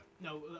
No